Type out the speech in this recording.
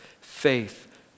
faith